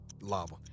Lava